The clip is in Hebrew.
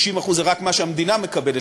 60% זה רק מה שהמדינה מקבלת,